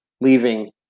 leaving